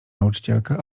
nauczycielka